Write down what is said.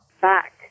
Back